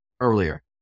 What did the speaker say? earlier